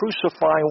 crucifying